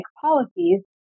policies